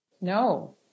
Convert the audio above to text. No